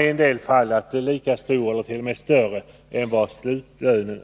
i en del fall kommer att bli lika stor, eller t.o.m. större, än slutlönen.